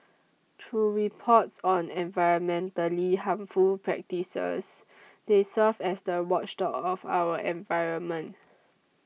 through reports on environmentally harmful practices they serve as the watchdogs of our environment